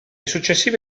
successive